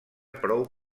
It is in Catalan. prou